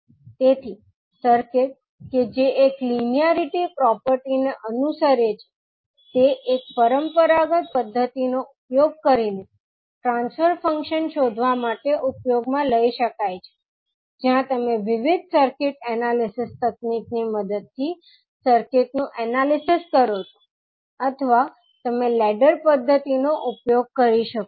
તેથી સર્કિટ કે જે એક લીનીઆરીટી પ્રોપર્ટી ને અનુસરે છે તે એક પરંપરાગત પદ્ધતિનો ઉપયોગ કરીને ટ્રાંસ્ફર ફંક્શન શોધવા માટે ઉપયોગમાં લઈ શકાય છે જ્યાં તમે વિવિધ સર્કિટ એનાલિસિસ તકનીકની મદદથી સર્કિટનું એનાલિસિસ કરો છો અથવા તમે લેડર પદ્ધતિનો ઉપયોગ કરી શકો છો